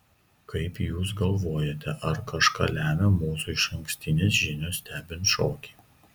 kaip jūs galvojate ar kažką lemia mūsų išankstinės žinios stebint šokį